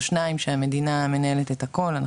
או שניים שמדינה מנהלת את הכול,